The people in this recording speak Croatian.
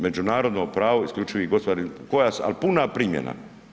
Međunarodno pravo, isključivi gospodarski pojas, ali puna primjena.